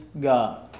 God